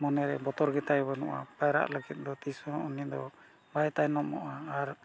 ᱢᱚᱱᱮᱨᱮ ᱵᱚᱛᱚᱨ ᱜᱮᱛᱟᱭ ᱵᱟᱹᱱᱩᱜᱼᱟ ᱯᱟᱭᱨᱟᱜ ᱞᱟᱹᱜᱤᱫ ᱫᱚ ᱛᱤᱥᱦᱚᱸ ᱩᱱᱤᱫᱚ ᱵᱟᱭ ᱛᱟᱭᱱᱚᱢᱚᱜᱼᱟ ᱟᱨ